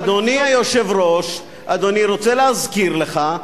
אדוני היושב-ראש, אני רוצה להזכיר לך.